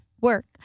work